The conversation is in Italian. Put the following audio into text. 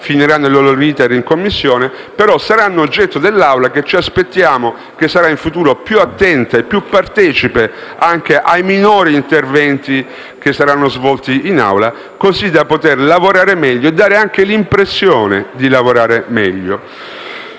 finiranno il loro *iter* in Commissione - saranno oggetto d'esame in Assemblea, che ci aspettiamo sia in futuro più attenta e più partecipe anche ai minori interventi che saranno svolti in quella sede, così da poter lavorare meglio e dare anche l'impressione di lavorare meglio.